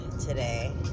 today